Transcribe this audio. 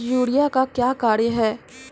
Urea का क्या कार्य हैं?